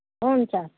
हुन्छ